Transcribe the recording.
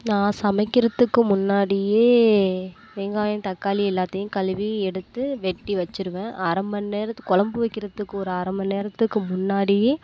நான் சமைக்கிறத்துக்கு முன்னாடியே வெங்காயம் தக்காளி எல்லாத்தையும் கழுவி எடுத்து வெட்டி வச்சிருவேன் அரை மணிநேரத்துக்கு குழம்பு வைக்கிறத்துக்கு ஒரு அரை மணிநேரத்துக்கு முன்னாடியே